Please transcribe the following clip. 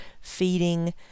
feeding